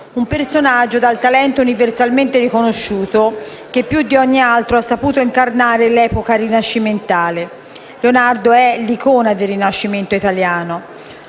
un personaggio dal talento universalmente riconosciuto, che più di ogni altro ha saputo incarnare l'epoca rinascimentale. Leonardo è l'icona del Rinascimento italiano,